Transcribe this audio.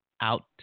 out